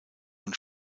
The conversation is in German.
und